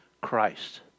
Christ